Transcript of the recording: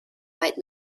right